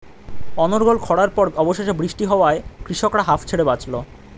অনর্গল খড়ার পর অবশেষে বৃষ্টি হওয়ায় কৃষকরা হাঁফ ছেড়ে বাঁচল